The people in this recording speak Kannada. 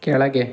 ಕೆಳಗೆ